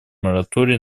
мораторий